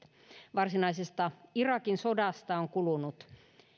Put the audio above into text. varsinaisesta irakin sodasta on kulunut